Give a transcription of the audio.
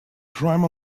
crime